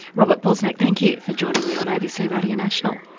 robert bosnak, thank you for joining me on abc radio national.